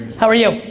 how are you?